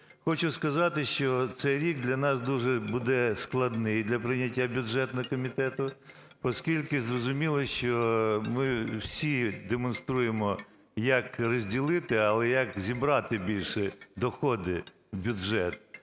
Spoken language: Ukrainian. Хочу сказати, що цей рік для нас дуже буде складний для прийняття бюджетного комітету, поскільки зрозуміло, що ми всі демонструємо, як розділити. Але як зібрати більше доходи в бюджет?